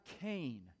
Cain